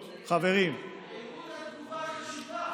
מהירות התגובה חשובה 3,000 ישיבות.